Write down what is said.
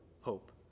hope